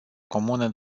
comună